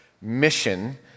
mission